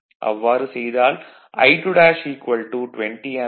அவ்வாறு செய்தால் I2 20 ampere 0